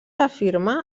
afirma